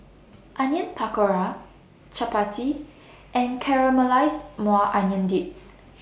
Onion Pakora Chapati and Caramelized Maui Onion Dip